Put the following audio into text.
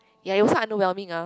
ya it was quite underwhelming ah